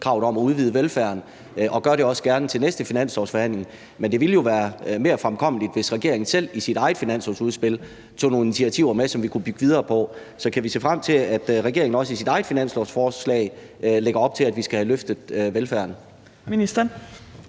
kravet om at udvide velfærden, og vi gør det også gerne til den næste finanslovsforhandling, men det ville jo være mere fremkommeligt, hvis regeringen selv i sit eget finanslovsudspil tog nogle initiativer med, som vi kunne bygge videre på. Så kan vi se frem til, at regeringen i sit eget finanslovsforslag lægger op til, at vi skal have løftet velfærden?